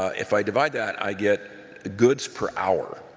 if i divide that, i get goods per hour,